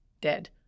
dead